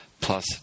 plus